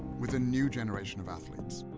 with a new generation of athletes.